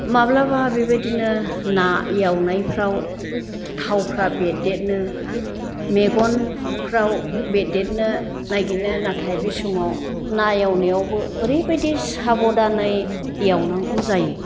माब्लाबा बेबायदिनो ना एवनायफ्राव थावफ्रा बेददेथनो मेगनफ्राव बेदेथनो नायगिदनो नाथाय बे समाव ना एवनायावबो ओरैबायदि साबधानै एवनांगौ जायो